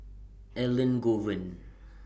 Elangovan